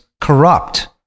corrupt